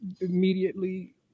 immediately